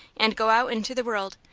and go out into the world,